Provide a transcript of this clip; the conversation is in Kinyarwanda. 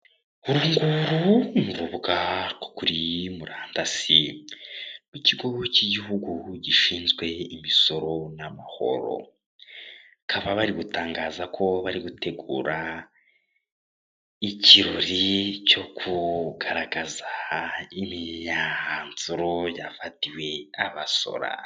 Uru nguru ni urubuga rwo kuri murandasi rw'ikigo cy'igihugu gishinzwe imisoro n'amahoro. Bakaba bari gutangaza ko bari gutegura ikirori cyo kugaragaza imyanzuro yafatiwe abasora.